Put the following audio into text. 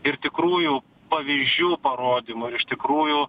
ir tikrųjų pavyzdžių parodymu ir iš tikrųjų